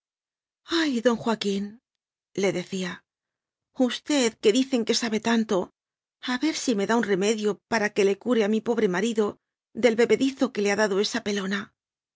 ay don joaquínle decía usted que dicen que sabe tanto a ver si me da un re medio para que le cure a mi pobre ma rido del bebedizo que le ha dado esa pelona